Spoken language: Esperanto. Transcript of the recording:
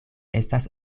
estas